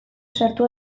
sartu